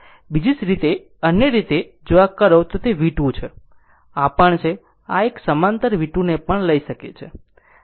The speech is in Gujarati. બીજી રીતે અન્ય રીતે જો આ કરો તે V2 છે અને આ તે પણ છે આ એક સમાંતર V2ને પણ લઈ શકે છે